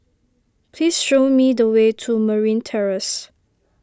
please show me the way to Marine Terrace